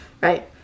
right